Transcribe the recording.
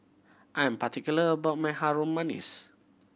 I'am particular about my Harum Manis